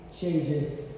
changes